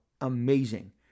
amazing